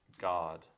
God